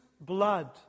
blood